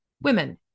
Women